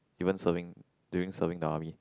even serving even during serving the army